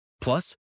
Plus